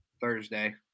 Thursday